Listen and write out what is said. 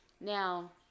Now